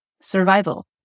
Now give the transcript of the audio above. survival